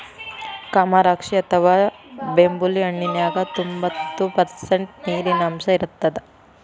ಕಮರಾಕ್ಷಿ ಅಥವಾ ಬೆಂಬುಳಿ ಹಣ್ಣಿನ್ಯಾಗ ತೋಭಂತ್ತು ಪರ್ಷಂಟ್ ನೇರಿನಾಂಶ ಇರತ್ತದ